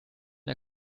der